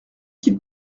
qu’il